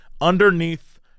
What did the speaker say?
underneath